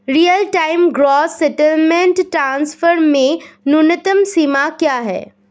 Real time gross settlement transfer में न्यूनतम सीमा क्या है?